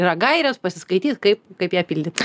yra gairės pasiskaityt kaip kaip ją pildyti